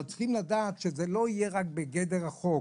אבל צריכים לדעת שזה לא יהיה רק בגדר החוק,